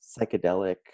psychedelic